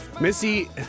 missy